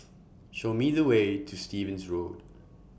Show Me The Way to Stevens Road